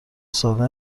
ساده